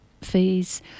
fees